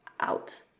out